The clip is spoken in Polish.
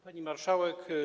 Pani Marszałek!